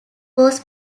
was